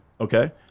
okay